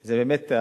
זה באמת,